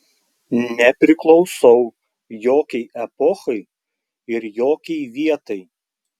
nepriklausau jokiai epochai ir jokiai vietai